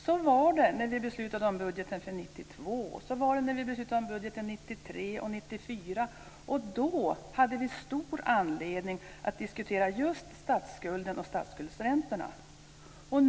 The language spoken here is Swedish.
Så var det när vi beslutade om budgeten för 1992, 1993 och 1994, och då hade vi stor anledning att diskutera just statsskulden och statsskuldsräntorna.